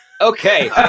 okay